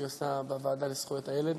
שהיא עושה בוועדה לזכויות הילד